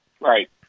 Right